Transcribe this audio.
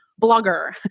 blogger